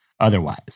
Otherwise